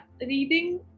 reading